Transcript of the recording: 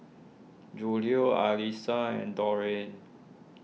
Julio Alissa and Dorene